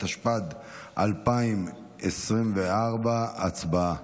התשפ"ד 2024. הצבעה.